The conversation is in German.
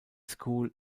school